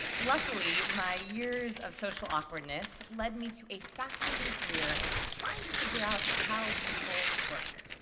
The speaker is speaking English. luckily, my years of social awkwardness led me to a fascinating career trying to figure out how people work.